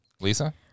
Lisa